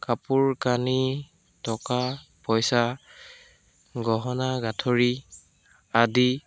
কাপোৰ কানি টকা পইচা গহনা গাঁঠৰি আদি